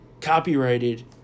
copyrighted